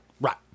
right